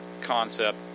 concept